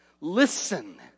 Listen